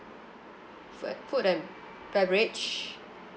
fo~ food and beverage